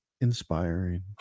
inspiring